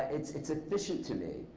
it's it's efficient to me.